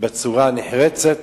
בצורה נחרצת